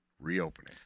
Reopening